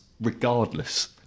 regardless